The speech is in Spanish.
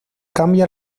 cambia